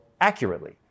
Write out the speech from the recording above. accurately